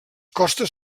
costes